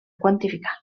quantificar